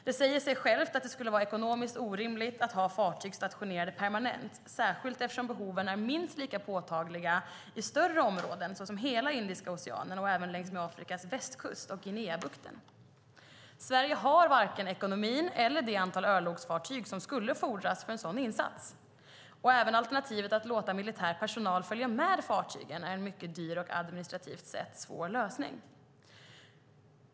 Det säger sig självt att det skulle vara ekonomiskt orimligt att ha fartyg stationerade permanent, särskilt som behoven är minst lika påtagliga i större områden som hela Indiska oceanen och även längs Afrikas västkust och i Guineabukten. Sverige har varken ekonomin eller det antal örlogsfartyg som skulle fordras för en sådan insats. Även alternativet att låta militär personal följa med fartygen är en mycket dyr och administrativt sett svår lösning.